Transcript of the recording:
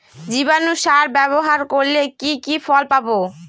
জীবাণু সার ব্যাবহার করলে কি কি ফল পাবো?